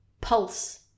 pulse